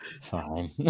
fine